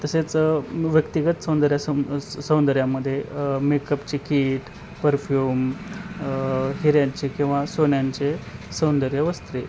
तसेच व्यक्तिगत सौंदर्यासं स् सौंदर्यामध्ये मेकअपचे कीट परफ्यूम हिऱ्यांचे किंवा सोन्याचे सौंदर्यवस्त्रे